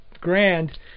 grand